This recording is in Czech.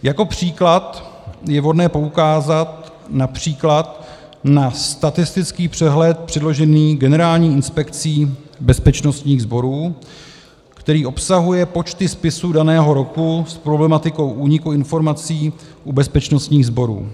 Jako příklad je vhodné poukázat například na statistický přehled předložený Generální inspekcí bezpečnostních sborů, který obsahuje počty spisů daného roku s problematikou úniku informací u bezpečnostních sborů.